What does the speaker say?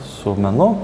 su menu